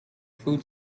food